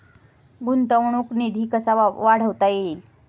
गुंतवणूक निधी कसा वाढवता येईल?